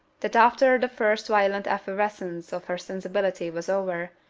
that after the first violent effervescence of her sensibility was over,